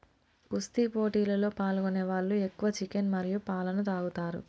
కుస్తీ పోటీలలో పాల్గొనే వాళ్ళు ఎక్కువ చికెన్ మరియు పాలన తాగుతారు